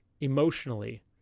emotionally